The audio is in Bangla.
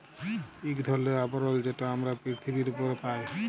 ইক ধরলের আবরল যেট আমরা পিরথিবীর উপরে পায়